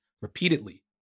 repeatedly